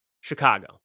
Chicago